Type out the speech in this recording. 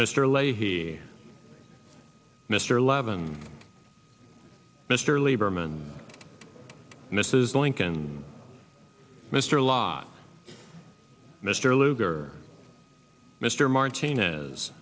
mr lay here mr eleven mr lieberman mrs lincoln mr lott mr lugar mr martinez